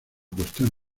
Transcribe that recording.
cuestión